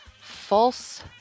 false